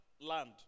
land